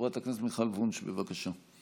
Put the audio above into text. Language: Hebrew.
חברת הכנסת מיכל וונש, בבקשה.